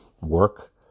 work